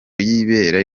y’ibere